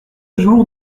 jour